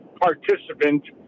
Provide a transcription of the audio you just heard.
participant